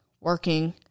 working